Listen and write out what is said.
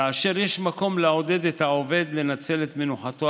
כאשר יש מקום לעודד את העובד לנצל את מנוחתו